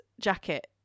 jacket